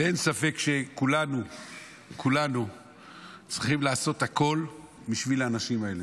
ואין ספק שכולנו צריכים לעשות הכול בשביל האנשים האלה.